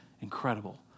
incredible